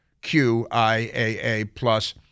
Q-I-A-A-plus